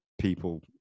people